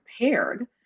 prepared